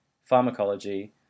pharmacology